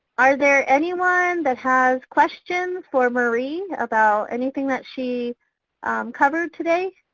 are there anyone that has questions for marie about anything that she covered today?